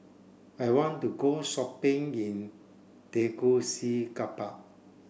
I want to go shopping in Tegucigalpa